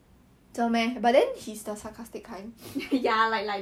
actually she's she's quite toxic because